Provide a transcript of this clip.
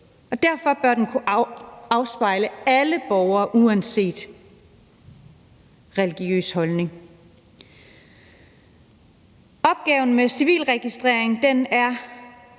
derfor bør den afspejle alle borgere uanset religiøs holdning. Opgaven med civilregistrering er